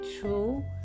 true